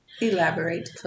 Elaborate